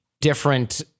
different